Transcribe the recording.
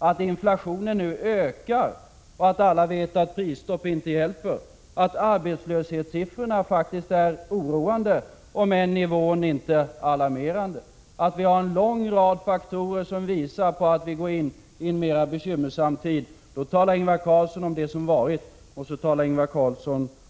När inflationen nu ökar och när alla vet att prisstopp inte hjälper, när arbetslöshetssiffrorna faktiskt är oroande — om än nivån inte är alarmerande — när vi har en lång rad faktorer som visar på att vi går in i en mera bekymmersam tid, då talar Ingvar Carlsson om det som varit och